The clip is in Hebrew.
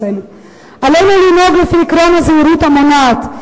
עלינו לנהוג לפי עקרון הזהירות המונעת,